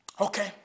Okay